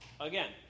again